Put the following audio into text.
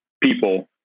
people